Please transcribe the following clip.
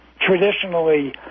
traditionally